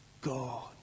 God